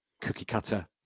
cookie-cutter